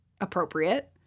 appropriate